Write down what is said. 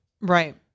Right